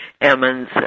Emmons